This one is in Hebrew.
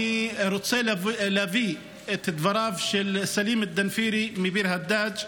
אני רוצה להביא את דבריו של סלים אל-דנפירי מביר הדאג'